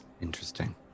Interesting